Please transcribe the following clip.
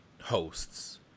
hosts